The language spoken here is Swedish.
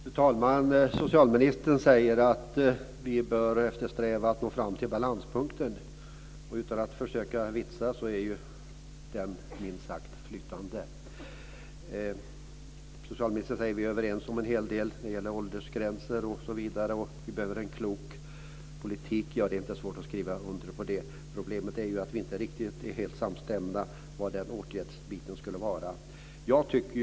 Fru talman! Socialministern säger att vi bör eftersträva att nå fram till balanspunkten. Utan att försöka vitsa är ju den minst sagt flytande. Socialministern säger att vi är överens om en hel del när det gäller åldersgränser osv. och att vi behöver en klok politik. Det är inte svårt att skriva under på det. Problemet är ju att vi inte är helt samstämda när det gäller vad den åtgärden skulle vara. Fru talman!